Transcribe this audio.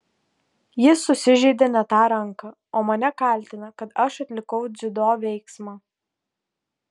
jis susižeidė ne tą ranką o mane kaltina kad aš atlikau dziudo veiksmą